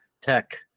tech